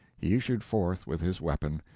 he issued forth with his weapon,